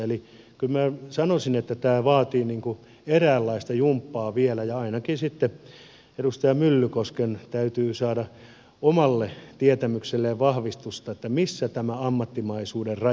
eli kyllä minä sanoisin että tämä vaatii eräänlaista jumppaa vielä ja ainakin edustaja myllykosken täytyy saada omalle tietämykselleen vahvistusta siitä missä on ammattimaisuuden raja